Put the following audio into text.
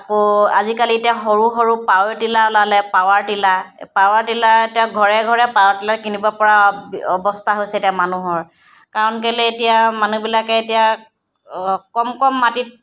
আকৌ আজিকালি এতিয়া সৰু সৰু পাৱৰ টিলাৰ ওলালে পাৱাৰ টিলাৰ পাৱাৰ টিলাৰ এতিয়া ঘৰে ঘৰে পাৱাৰ টিলাৰ কিনিব পৰা অৱস্থা হৈছে এতিয়া মানুহৰ কাৰণ কেলৈ এতিয়া মানুহবিলাকে এতিয়া কম কম মাটিত